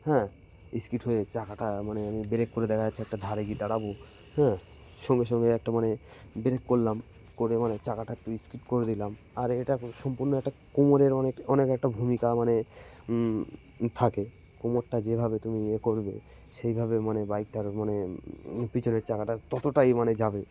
হ্যাঁ স্কিড হয়ে চাকাটা মানে আমি ব্রেক করে দেখা যাচ্ছে একটা ধারে গিয়ে দাঁড়াবো হ্যাঁ সঙ্গে সঙ্গে একটা মানে ব্রেক করলাম করে মানে চাকাটা একটু স্কিড করে দিলাম আর এটা সম্পূর্ণ একটা কোমরের অনেক অনেক একটা ভূমিকা মানে থাকে কোমরটা যেভাবে তুমি ইয়ে করবে সেইভাবে মানে বাইকটার মানে পিছনের চাকাটা ততটাই মানে যাবে